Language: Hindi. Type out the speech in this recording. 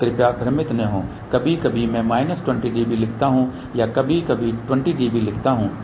तो कृपया भ्रमित न हों कभी कभी मैं माइनस 20 dB लिखता हूं या कभी कभी 20 dB लिखता हूं